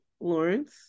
Lawrence